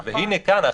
והינה כאן,